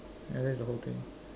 yeah that's the whole thing